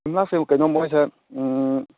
ꯌꯨꯝꯅꯥꯛꯁꯦ ꯀꯩꯅꯣ ꯃꯣꯏꯁꯦ